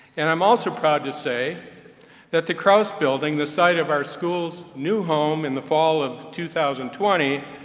and i'm also proud to say that the kraus building, the site of our school's new home in the fall of two thousand and twenty,